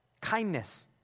Kindness